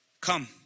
come